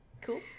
Cool